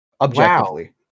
Objectively